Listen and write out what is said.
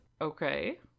okay